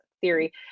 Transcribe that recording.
theory